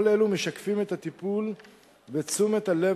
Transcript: כל אלה משקפים את הטיפול ותשומת הלב